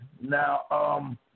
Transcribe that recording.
Now